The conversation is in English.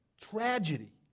tragedy